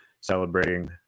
celebrating